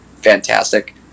fantastic